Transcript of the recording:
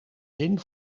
zin